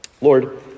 Lord